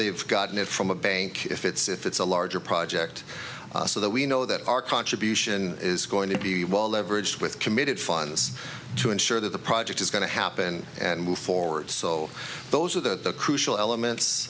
they've gotten it from a bank if it's if it's a larger project so that we know that our contribution is going to be well leveraged with committed funds to ensure that the project is going to happen and move forward so those are the crucial elements